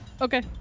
Okay